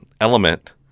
element